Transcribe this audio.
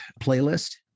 playlist